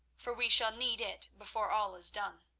for we shall need it before all is done.